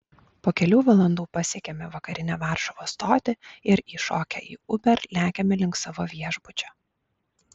po kelių valandų pasiekiame vakarinę varšuvos stotį ir įšokę į uber lekiame link savo viešbučio